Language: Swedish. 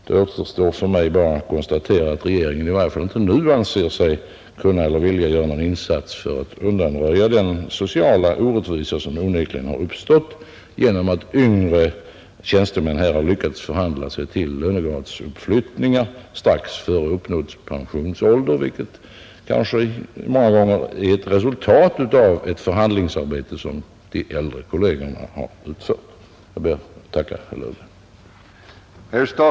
Det återstår för mig bara att konstatera att regeringen i varje fall inte nu anser sig kunna eller vilja göra någon insats för att undanröja den sociala orättvisa som onekligen har uppstått genom att de yngre tjänstemännen har lyckats förhandla sig till lönegradsuppflyttningar strax före uppnådd pensionsålder, vilket kanske många gånger är resultatet av ett förhandlingsarbete som de äldre kollegerna har utfört. Jag ber att än en gång få tacka herr statsrådet för svaret.